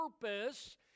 purpose